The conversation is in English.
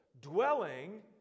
dwelling